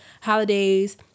holidays